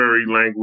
language